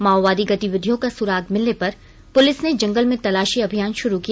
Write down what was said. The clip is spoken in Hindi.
माओवादी गतिविधियों का सुराग मिलने पर पुलिस ने जंगल में तलाशी अभियान शुरू किया